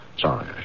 sorry